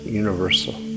universal